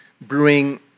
brewing